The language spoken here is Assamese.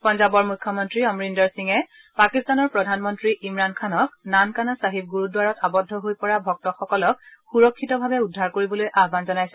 পাঞ্জাবৰ মুখ্য মন্ত্ৰী অমৰিন্দৰ সিঙে পাকিস্তানৰ প্ৰধানমন্ত্ৰী ইমৰান খানক নানকানা ছাহিব গুৰুদ্বাৰত আবদ্ধ হৈ পৰা ভক্তসকলক সুৰক্ষিতাভাৱে উদ্ধাৰ কৰিবলৈ আহান জনাইছে